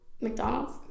McDonald's